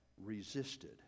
resisted